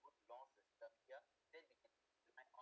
good laws system here then we can try on